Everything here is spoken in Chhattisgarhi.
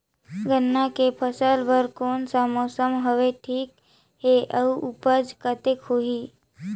गन्ना के फसल बर कोन सा मौसम हवे ठीक हे अउर ऊपज कतेक होही?